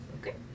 Okay